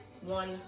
one